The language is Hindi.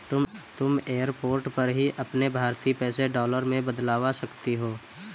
तुम एयरपोर्ट पर ही अपने भारतीय पैसे डॉलर में बदलवा सकती हो